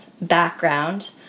background